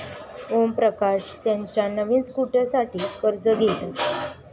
ओमप्रकाश त्याच्या नवीन स्कूटरसाठी कर्ज घेतात